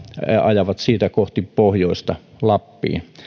ajavat siitä kohti pohjoista lappiin